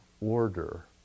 order